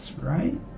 Right